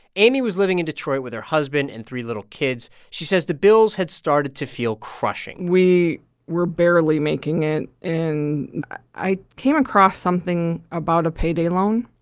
amy was living in detroit with her husband and three little kids. she says the bills had started to feel crushing we were barely making it, and i came across something about a payday loan.